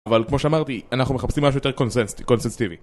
אבל כמו שאמרתי, אנחנו מחפשים משהו יותר קונצנסטיבי